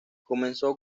comenzó